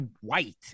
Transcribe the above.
white